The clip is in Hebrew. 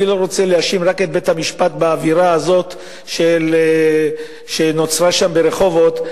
אני לא רוצה להאשים רק את בית-המשפט באווירה הזאת שנוצרה שם ברחובות,